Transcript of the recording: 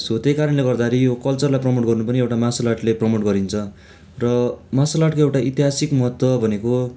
so त्यही कारणले गर्दाखेरि यो कल्चरलाई प्रमोट गर्नु पनि एउटा मार्सल आर्टले प्रमोट गरिन्छ र मार्सल आर्टको एउटा ऐतिहासिक महत्त्व भनेको